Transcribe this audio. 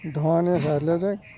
धनेसहरूले चाहिँ